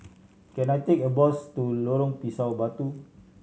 can I take a bus to Lorong Pisang Batu